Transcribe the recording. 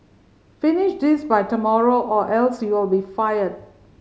finish this by tomorrow or else you'll be fired